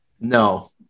No